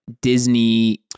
Disney